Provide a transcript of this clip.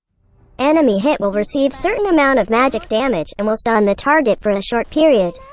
enemy hit will receive certain amount of magic damage, and will stun the target for a short period.